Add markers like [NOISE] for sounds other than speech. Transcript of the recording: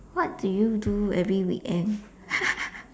what do you do every weekend [LAUGHS]